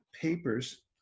papers